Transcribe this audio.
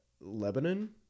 Lebanon